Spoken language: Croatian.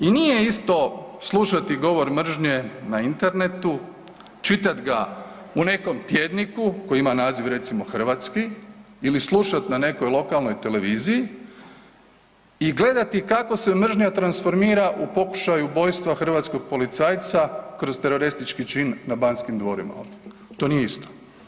I nije isto slušati govor mržnje na internetu, čitat ga u nekom tjedniku koji ima naziv recimo hrvatski ili slušat na nekoj lokalnoj televiziji i gledati kako se mržnja transformira u pokušaju ubojstva hrvatskog policajca kroz teroristički čin na Banskim dvorima ovdje, to nije isto.